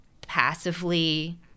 passively